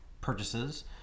purchases